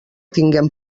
tinguem